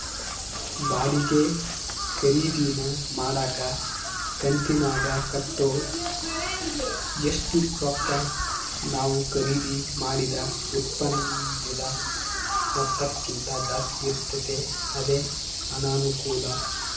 ಬಾಡಿಗೆ ಖರೀದಿನ ಮಾಡಕ ಕಂತಿನಾಗ ಕಟ್ಟೋ ಒಷ್ಟು ರೊಕ್ಕ ನಾವು ಖರೀದಿ ಮಾಡಿದ ಉತ್ಪನ್ನುದ ಮೊತ್ತಕ್ಕಿಂತ ಜಾಸ್ತಿ ಇರ್ತತೆ ಅದೇ ಅನಾನುಕೂಲ